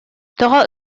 тоҕо